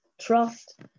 trust